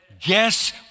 Guess